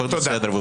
הכול בסדר.